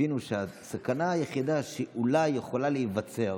הבינו שהסכנה היחידה שאולי יכולה להיווצר